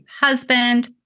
husband